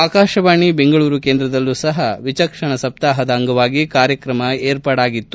ಆಕಾಶವಾಣಿ ಬೆಂಗಳೂರು ಕೇಂದ್ರದಲ್ಲೂ ಸಹ ವಿಚಕ್ಷಣಾ ಸಪ್ತಾಪದ ಅಂಗವಾಗಿ ಕಾರ್ಯಕ್ರಮ ಏರ್ಪಾಡಾಗಿತ್ತು